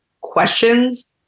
questions